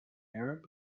arab